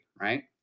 right